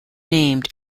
named